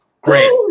great